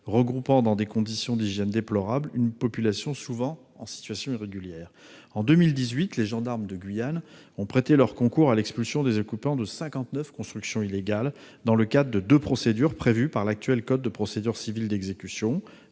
regroupant, dans des conditions d'hygiène déplorable, une population souvent en situation irrégulière. En 2018, les gendarmes de Guyane ont prêté leur concours à l'expulsion des occupants de cinquante-neuf constructions illégales, dans le cadre de deux procédures prévues par le code des procédures civiles d'exécution